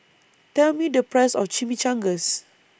Tell Me The Price of Chimichangas